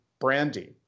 brandy